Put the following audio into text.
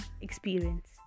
experience